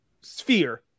sphere